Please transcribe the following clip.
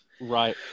Right